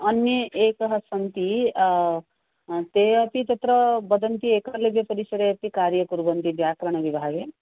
अन्ये एके सन्ति ते अपि तत्र वदन्ति एकलव्यपरिसरे अपि कार्यं कुर्वन्ति व्याकरणविभागे